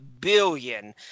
billion